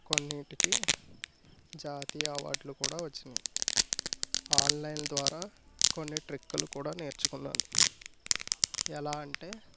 కొన్నింటికి జాతీయ అవార్డులు కూడా వచ్చినాయి ఆన్లైన్ ద్వారా కొన్ని ట్రిక్కులు కూడా నేర్చుకున్నాను ఎలా అంటే